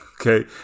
okay